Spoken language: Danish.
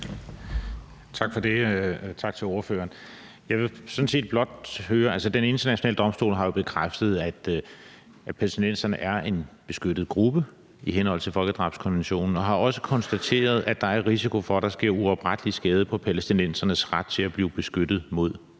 Tak for det, og tak til ordføreren. Den Internationale Domstol har jo bekræftet, at palæstinenserne er en beskyttet gruppe i henhold til folkedrabskonventionen og har også konstateret, at der er risiko for, at der sker uoprettelig skade på palæstinensernes ret til at blive beskyttet mod